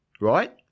right